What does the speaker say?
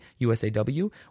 USAW